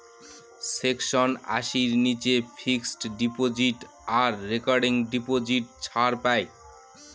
section আশির নীচে fixed deposit আর রেকারিং ডিপোজিট ছাড় পাই